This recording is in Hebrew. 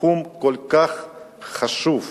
בתחום כל כך חשוב,